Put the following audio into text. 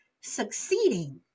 succeeding